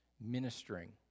ministering